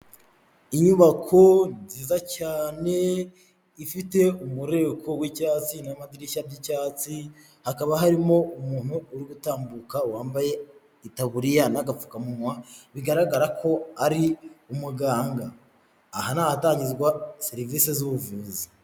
Inyubako nziza cyane ifite umureko w'iwicyatsi n'amadirishya by'icyatsi hakaba harimo umuntu uri gutambuka wambaye itaburiya n'agapfukamunwa bigaragara ko ari umuganga aha ahatangirwa serivisi z'ubuvuzi.